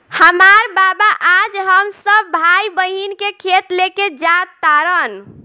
हामार बाबा आज हम सब भाई बहिन के खेत लेके जा तारन